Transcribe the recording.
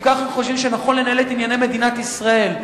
אם ככה חושבים שנכון לנהל את ענייני מדינת ישראל,